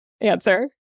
answer